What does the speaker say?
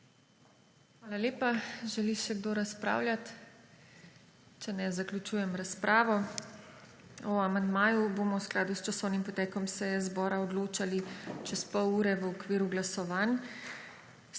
Hvala lepa. Želi še kdo razpravljati? Če ne, zaključujem razpravo. O amandmaju bomo v skladu s časovnim potekom seje zbora odločali čez pol ure v okviru glasovanj.